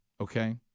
okay